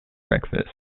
breakfast